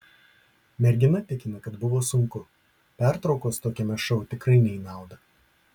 mergina tikina kad buvo sunku pertraukos tokiame šou tikrai ne į naudą